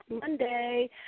monday